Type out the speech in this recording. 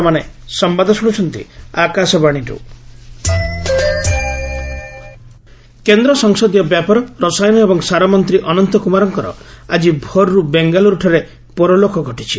ଅନନ୍ତ କୁମାର କେନ୍ଦ୍ର ସଂସଦୀୟ ବ୍ୟାପାର ରସାୟନ ଏବଂ ସାରମନ୍ତ୍ରୀ ଅନନ୍ତ କୁମାରଙ୍କର ଆଜି ଭୋର୍ରୁ ବେଙ୍ଗାଲୁରୁଠାରେ ପରଲୋକ ଘଟିଛି